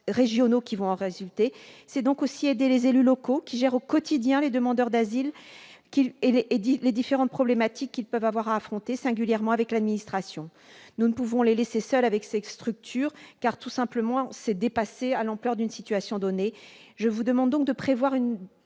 régionaux qui en résulteront, c'est aussi aider les élus locaux qui gèrent au quotidien les demandeurs d'asile et les différents problèmes que ceux-ci peuvent avoir à affronter, singulièrement avec l'administration. Nous ne pouvons les laisser seuls avec ces structures, car c'est tout simplement dépassé eu égard à l'ampleur d'une situation donnée. Je vous propose donc, mes chers